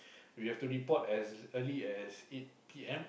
we have to report as early as eight P_M